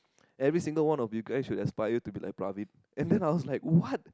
every single one of you guys should aspire to be like Praveen and then I was like what